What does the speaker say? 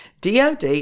DOD